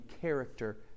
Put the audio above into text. character